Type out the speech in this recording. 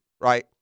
right